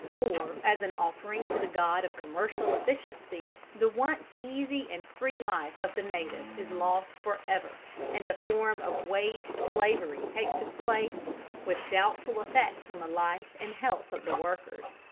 or as an offering to the god of commercial efficiency, the once easy and free life of the native is lost for ever and a form of wage-slavery takes its place with doubtful effects on the life and health of the workers.